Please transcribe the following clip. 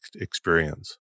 experience